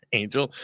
angel